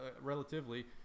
relatively